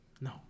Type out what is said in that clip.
No